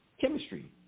chemistry